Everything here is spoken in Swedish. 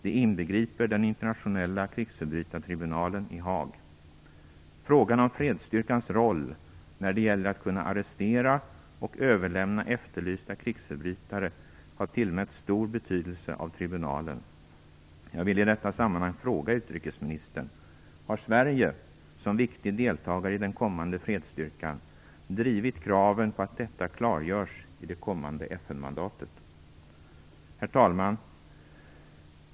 Det inbegriper den internationella krigsförbrytartribunalen i Haag. Frågan om fredsstyrkans roll när det gäller att kunna arrestera och överlämna efterlysta krigsförbrytare har tillmätts stor betydelse av tribunalen. Jag vill i detta sammanhang fråga utrikesministern: Har Sverige som viktig deltagare i den kommande fredsstyrkan drivit kraven på att detta klargörs i det kommande FN-mandatet? Herr talman!